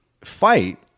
fight